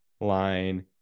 line